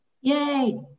Yay